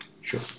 Sure